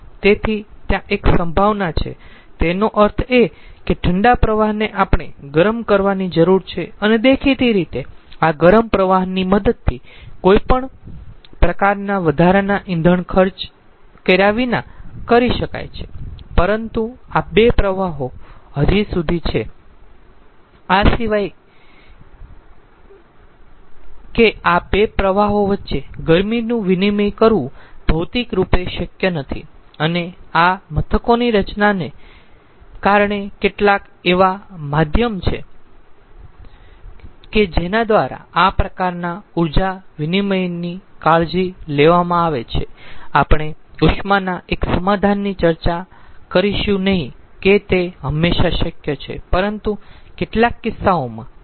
તેથી ત્યાં એક સંભાવના છે તેનો અર્થ એ કે ઠંડા પ્રવાહને આપણે ગરમ કરવાની જરૂર છે અને દેખીતી રીતે આ ગરમ પ્રવાહની મદદથી કોઈ પણ પ્રકારના વધારાના ઇંધણ ખર્ચ કર્યા વિના કરી શકાય છે પરંતુ આ 2 પ્રવાહો હજી સુધી છે આ સિવાય કે આ 2 પ્રવાહો વચ્ચે ગરમીનું વિનિમય કરવું ભૌતિક રૂપે શક્ય નથી અને આ મથકોની રચનાને કારણે કેટલાક એવા માધ્યમ છે કે જેના દ્વારા આ પ્રકારના ઊર્જા વિનિમયની કાળજી લેવામાં આવે છેઆપણે ઉષ્માના એક સમાધાનની ચર્ચા કરીશું નહીં કે તે હંમેશા શક્ય છે પરંતુ કેટલાક કિસ્સાઓમાં તે શક્ય છે